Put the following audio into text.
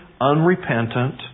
unrepentant